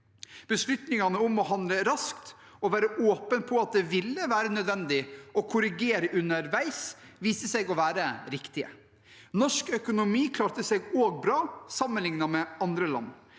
Beslutningene om å handle raskt og være åpen på at det ville være nødvendig å korrigere underveis, viste seg å være riktig. Norsk økonomi klarte seg også bra sammenlignet med andre land.